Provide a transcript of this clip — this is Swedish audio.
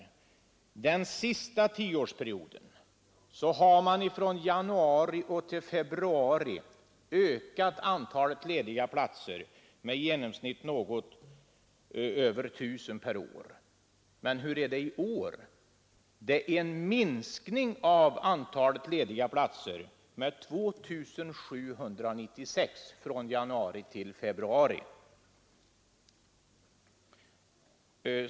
Under den senaste tioårsperioden har från januari till februari antalet lediga platser ökat med i genomsnitt något över 1 000 per år. Men hur är det i år? Jo, det är en minskning av antalet lediga platser med 2 796 från januari till februari.